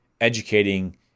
educating